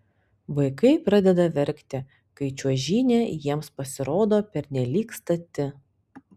vaikai pradeda verkti kai čiuožynė jiems pasirodo pernelyg stati